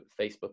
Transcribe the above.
facebook